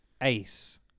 Ace